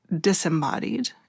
disembodied